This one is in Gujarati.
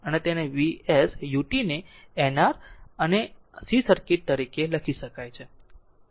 અને તેને V s ut ને n R અને C તરીકે લખી શકાય છે